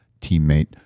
teammate